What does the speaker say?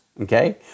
Okay